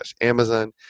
amazon